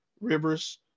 Rivers